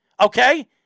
Okay